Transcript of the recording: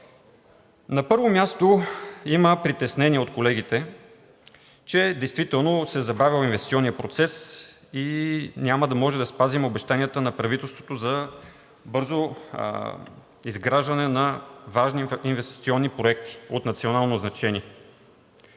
На първо място, има притеснения от колегите, че действително се забавял инвестиционният процес и няма да може да спазим обещанията на правителството за бързо изграждане на важни инвестиционни проекти от национално значение.